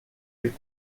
rue